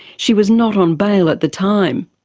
she was not on bail at the time.